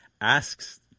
asks